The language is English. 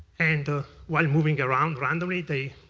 and while moving around randomly, they